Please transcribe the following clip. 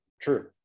True